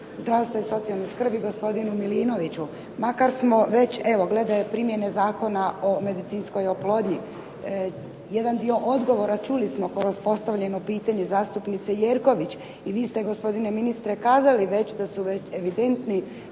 zdravstva i socijalne skrbi gospodinu Milinoviću. Makar smo već evo glede primjene Zakona o medicinskoj oplodnji jedan dio odgovora čuli smo kroz postavljeno pitanje zastupnice Jerković i vi ste gospodine ministre kazali već da su evidentni